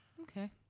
Okay